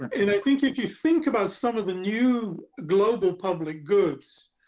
and i think if you think about some of the new global public goods,